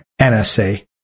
NSA